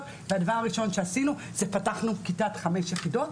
והדבר הראשון שעשינו זה פתחנו כיתת חמש יחידות.